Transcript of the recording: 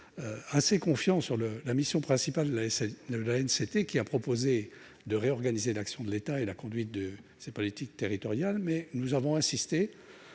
assez confiants sur la mission principale de l'ANCT, qui a proposé de réorganiser l'action de l'État et la conduite de sa politique territoriale. Toutefois, nous avons insisté